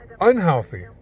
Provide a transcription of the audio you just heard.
unhealthy